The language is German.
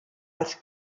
als